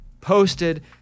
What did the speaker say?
posted